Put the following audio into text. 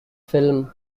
film